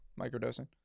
microdosing